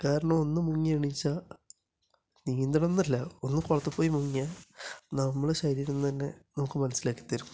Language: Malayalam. കാരണം ഒന്ന് മുങ്ങി എഴുന്നേറ്റാല് നീന്തണമെന്നല്ല ഒന്ന് കുളത്തിൽ പോയി മുങ്ങിയാല് നമ്മളുടെ ശരീരം തന്നെ നമുക്ക് മനസ്സിലാക്കി തരും